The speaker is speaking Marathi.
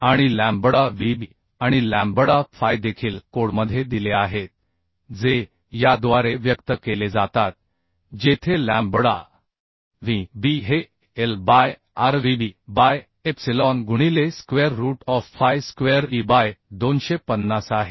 आणि लॅम्बडा Vb आणि लॅम्बडा फाय देखील कोडमध्ये दिले आहेत जे याद्वारे व्यक्त केले जातात जेथे लॅम्बडा व्ही बी हे L by RVb by epsilon गुणिले square root of phi square e by 250 आहे